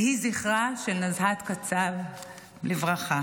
יהי זכרה של נוזהת קצב לברכה.